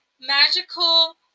Magical